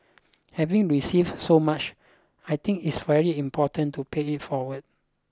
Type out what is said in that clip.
having received so much I think it's very important to pay it forward